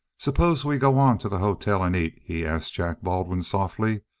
suppose we go on to the hotel and eat? he asked jack baldwin softly.